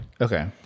okay